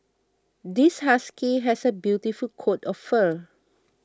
this husky has a beautiful coat of fur